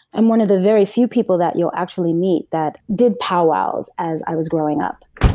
i'm one of the very few people that you'll actually meet that did powwows as i was growing up,